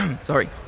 sorry